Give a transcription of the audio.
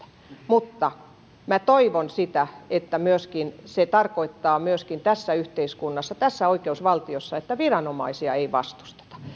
mutta toivon että se tarkoittaa tässä yhteiskunnassa tässä oikeusvaltiossa että viranomaisia ei vastusteta